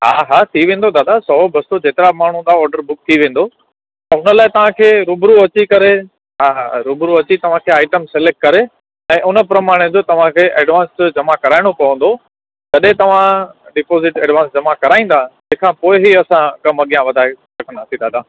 हा हा थी वेंदो दादा सौ ॿ सौ जेतिरा माण्हू तव्हां ऑर्डर बुक थी वेंदो हुन लाइ तव्हांखे रुबरू अची करे हा रुबरू अची तव्हांखे आइटम सिलेक्ट करे ऐं उन प्रमाणे ते तव्हांखे एडवांस जमा कराइणो पवंदो जॾहिं तव्हां डिपोज़िट एडवांस जमा कराईंदा तंहिंखां पोइ ई असां कमु अॻियां वधाए सघंदासीं दादा